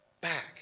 back